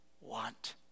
want